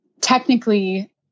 technically